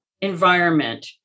environment